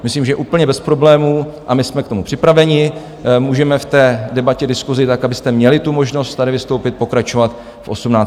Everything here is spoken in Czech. Myslím, že úplně bez problémů, a my jsme k tomu připraveni, můžeme v té debatě, diskusi, tak abyste měli tu možnost tady vystoupit, pokračovat v 18.30.